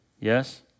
Yes